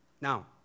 Now